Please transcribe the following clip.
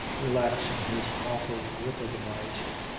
relaxing his awful grip of the miser.